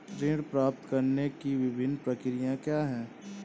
ऋण प्राप्त करने की विभिन्न प्रक्रिया क्या हैं?